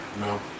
No